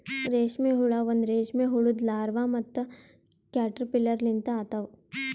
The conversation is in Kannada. ರೇಷ್ಮೆ ಹುಳ ಒಂದ್ ರೇಷ್ಮೆ ಹುಳುದು ಲಾರ್ವಾ ಮತ್ತ ಕ್ಯಾಟರ್ಪಿಲ್ಲರ್ ಲಿಂತ ಆತವ್